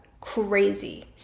crazy